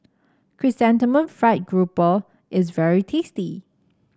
Chrysanthemum Fried Grouper is very tasty